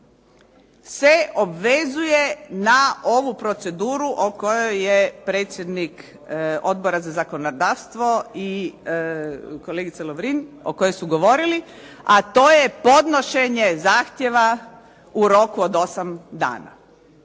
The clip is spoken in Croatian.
se obvezuje na ovu proceduru o kojoj je predsjednik Odbora za zakonodavstvo i kolegica Lovrin o kojoj su govorili, a to je podnošenje zahtjeva u roku od osam dana.